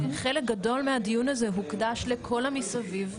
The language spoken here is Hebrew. חלק גדול מהדיון הזה הוקדש לכל המסביב,